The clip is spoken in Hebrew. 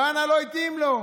כהנא, לא התאים לו.